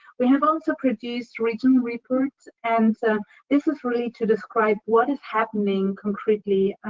we have also produced regional reports, and so this is really to describe what is happening, concretely,